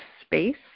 space